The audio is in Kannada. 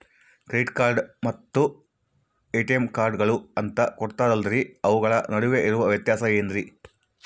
ಕ್ರೆಡಿಟ್ ಕಾರ್ಡ್ ಮತ್ತ ಎ.ಟಿ.ಎಂ ಕಾರ್ಡುಗಳು ಅಂತಾ ಕೊಡುತ್ತಾರಲ್ರಿ ಅವುಗಳ ನಡುವೆ ಇರೋ ವ್ಯತ್ಯಾಸ ಏನ್ರಿ?